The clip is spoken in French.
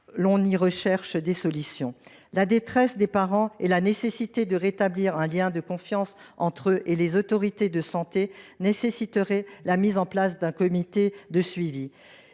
l’on y recherche des solutions. La détresse des parents et la nécessité de rétablir un lien de confiance entre eux et les autorités de santé plaident pour la mise en place d’un comité de suivi.